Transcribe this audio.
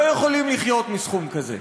לא יכולים לחיות מסכום כזה.